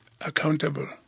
accountable